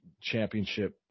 championship